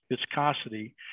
viscosity